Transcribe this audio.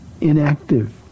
inactive